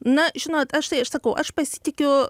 na žinot aš tai aš sakau aš pasitikiu